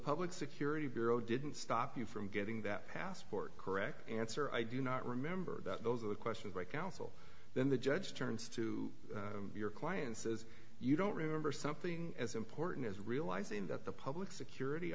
public security bureau didn't stop you from getting that passport correct answer i do not remember that those are the questions i counsel then the judge turns to your clients as you don't remember something as important as realizing that the public security